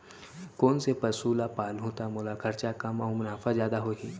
कोन से पसु ला पालहूँ त मोला खरचा कम अऊ मुनाफा जादा होही?